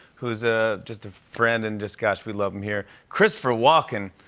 who is ah just a friend, and just just we love him here. christopher walken,